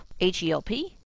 H-E-L-P